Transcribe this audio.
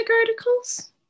articles